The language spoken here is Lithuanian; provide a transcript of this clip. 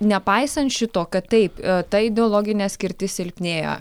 nepaisant šito kad taip ta ideologinė skirtis silpnėja